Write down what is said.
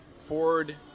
Ford